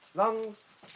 lungs?